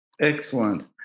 Excellent